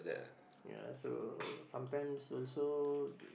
ya so sometimes also